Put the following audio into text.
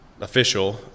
official